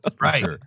Right